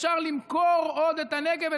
אפשר למכור עוד את הנגב,